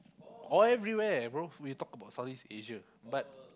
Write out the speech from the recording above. all everywhere bother we talk about South East Asia